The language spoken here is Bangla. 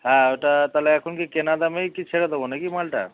হ্যাঁ ওটা তাহলে এখন কি কেনা দামেই কি ছেড়ে দেবো নাকি মালটা